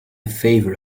favor